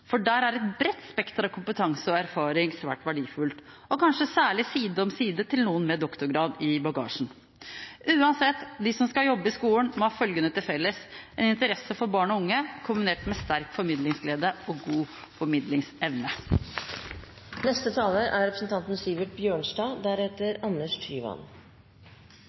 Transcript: for der er et bredt spekter av kompetanse og erfaring svært verdifullt – kanskje særlig side om side med noen med en doktorgrad i bagasjen. Uansett – de som skal jobbe i skolen, må ha følgende til felles: en interesse for barn og unge, kombinert med en sterk formidlingsglede og god formidlingsevne. Jeg og Fremskrittspartiet er